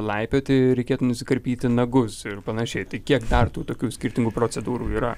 laipioti reikėtų nusikarpyti nagus ir panašiai tai kiek dar tų tokių skirtingų procedūrų yra